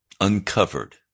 uncovered